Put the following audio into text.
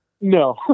No